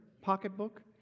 pocketbook